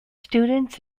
students